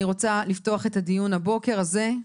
רוצה לפתוח את הדיון שלנו הבוקר הזה.